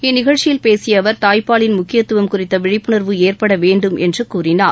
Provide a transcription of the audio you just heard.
இந்நிகழ்ச்சியில் பேசிய அவர் தாய்ப்பாலின் முக்கியத்துவம் குறித்த விழிப்புணர்வு ஏற்பட வேண்டும் என்று கூறினார்